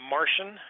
Martian